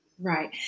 Right